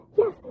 yes